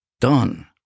done